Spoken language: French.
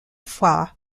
fois